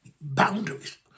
Boundaries